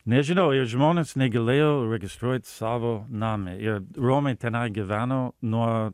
nežinau i žmonės negalėjo registruot savo name ir romai tenai gyveno nuo